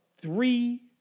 three